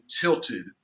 tilted